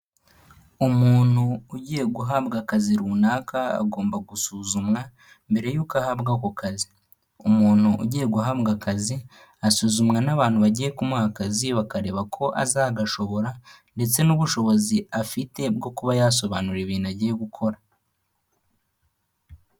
Umuntu ugiye guhabwa akazi runaka, agomba gusuzumwa mbere yuko ahabwa ako kazi. Umuntu ugiye guhabwa akazi, asuzumwa n'abantu bagiye kumuha akazi, bakareba ko azagashobora ndetse n'ubushobozi afite bwo kuba yasobanura ibintu agiye gukora.